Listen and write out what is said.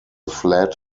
flat